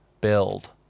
build